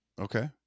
okay